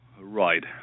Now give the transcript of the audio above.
Right